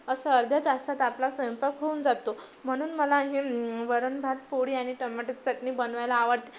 असं अर्ध्या तासात आपला स्वयंपाक होऊन जातो म्हणून मला हे वरण भात पोळी आणि टोमॅटोची चटणी बनवायला आवडते